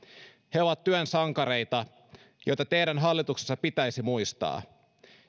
he ovat työn sankareita joita teidän hallituksessa pitäisi muistaa